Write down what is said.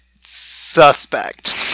Suspect